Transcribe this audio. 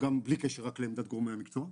בלי קשר רק לעמדת גורמי המקצוע.